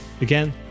Again